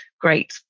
great